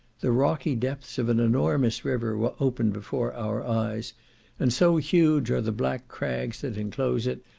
the rocky depths of an enormous river were opened before our eyes and so huge are the black crags that inclose it,